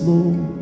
Lord